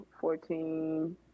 fourteen